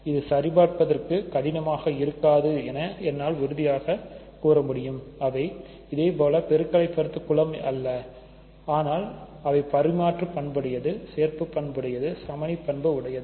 இது சரிபார்ப்பதற்கு கடினமாக இருக்காது என என்னால் உறுதியாக கூற முடியும் அவை இதேபோல பெருக்கலை பொறுத்து குலம் அல்ல அனால் அவை பரிமாற்று பண்புடையதுசேர்ப்புப் பண்புடையது சமணி உறுப்பை கொண்டுள்ளது